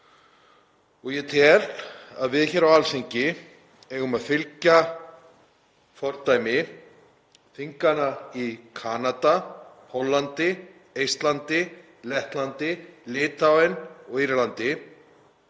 Ég tel að við hér á Alþingi eigum að fylgja fordæmi þinganna í Kanada, Póllandi, Eistlandi, Lettlandi, Litháen og á Írlandi